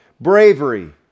bravery